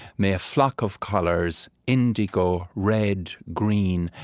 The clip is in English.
may a flock of colors, indigo, red, green,